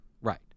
Right